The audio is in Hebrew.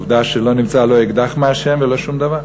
עובדה שלא נמצא לא אקדח מעשן ולא שום דבר,